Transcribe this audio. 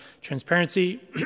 transparency